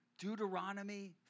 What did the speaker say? Deuteronomy